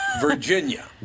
Virginia